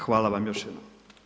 Hvala vam još jednom.